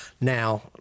Now